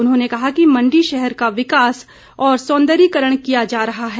उन्होंने कहा कि मण्डी शहर का विकास और सौंदर्यकरण किया जा रहा है